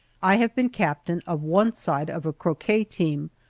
i have been captain of one side of a croquet team,